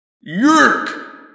YERK